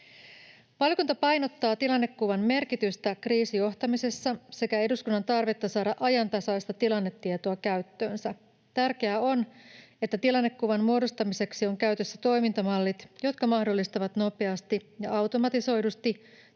Valiokunta painottaa tilannekuvan merkitystä kriisijohtamisessa sekä eduskunnan tarvetta saada ajantasaista tilannetietoa käyttöönsä. Tärkeää on, että tilannekuvan muodostamiseksi on käytössä toimintamallit, jotka mahdollistavat nopeasti ja automatisoidusti